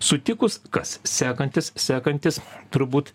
sutikus kas sekantis sekantis turbūt